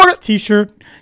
t-shirt